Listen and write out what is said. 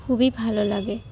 খুবই ভালো লাগে